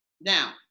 Now